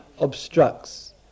obstructs